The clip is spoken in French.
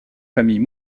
famille